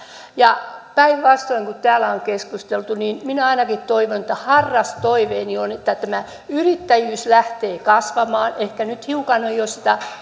ja päinvastoin kuin täällä on keskusteltu niin minä ainakin toivon harras toiveeni on että tämä yrittäjyys lähtee kasvamaan ehkä nyt hiukan on jo sitä